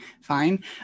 fine